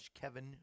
Kevin